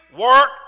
work